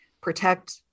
protect